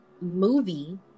movie